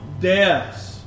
deaths